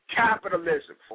capitalism